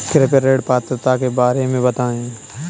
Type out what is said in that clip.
कृपया ऋण पात्रता के बारे में बताएँ?